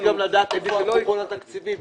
לדעת מה קורה עם התקציבים.